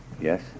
Yes